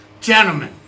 Gentlemen